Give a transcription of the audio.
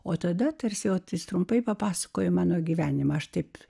o tada tarsi o tik trumpai papasakojau mano gyvenimą aš taip